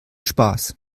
spaß